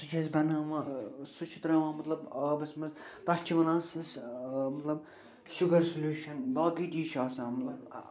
سُہ چھِ أسۍ بناوان سُہ چھِ ترٛاوان مطلب آبس منٛز تتھ چھِ وَنان سِس مطلب شُگر سلیوشن باقی تہِ چھِ آسان مطلب